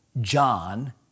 John